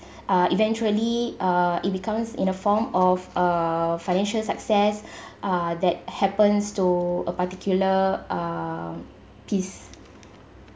uh eventually uh it becomes in a form of uh financial success uh that happens to a particular um piece